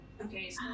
Okay